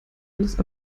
alles